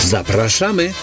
Zapraszamy